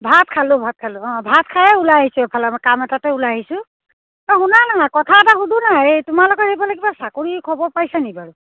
ভাত খালোঁ ভাত খালোঁ অঁ ভাত খায়ে ওলাই আহিছোঁ এইফালে মই কাম এটাতে ওলাই আহিছোঁ অ' শুনা না কথা এটা সোধোঁ নাই এই তোমালোকৰ সেইফালে কিবা চাকৰি খবৰ পাইছা নেকি বাৰু